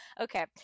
Okay